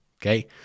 Okay